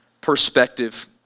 perspective